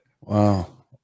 wow